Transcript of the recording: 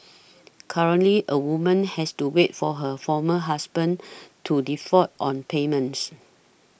currently a woman has to wait for her former husband to default on payments